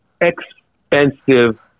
expensive